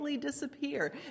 disappear